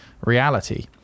reality